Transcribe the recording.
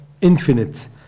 infinite